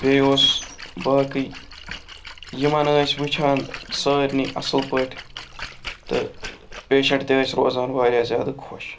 بیٚیہِ اوس باقٕے یِمَن ٲسۍ وٕچھان سارنی اَصٕل پٲٹھۍ تہٕ پیشنٛٹ تہِ ٲسۍ روزان واریاہ زیادٕ خوش